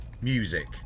Music